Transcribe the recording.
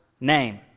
name